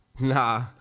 Nah